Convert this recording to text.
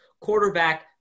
quarterback